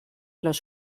los